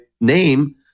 name